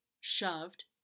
shoved